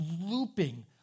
looping